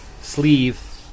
sleeve